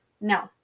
no